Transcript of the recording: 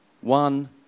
one